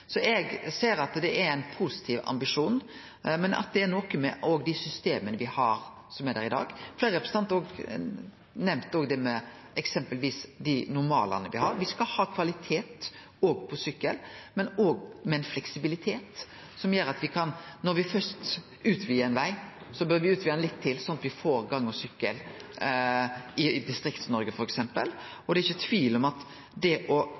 Så eg ser at det er ein positiv ambisjon, men det er noko med dei systema me har, som er der i dag. Fleire representantar har òg nemnt eksempelvis dei normalane me har. Me skal ha kvalitet òg når det gjeld sykkel, men med ein fleksibilitet som gjer at når me først utvidar ein veg, bør me utvide han litt til, sånn at me får gang- og sykkelvegar i Distrikts-Noreg f.eks. Det er ikkje tvil om at det å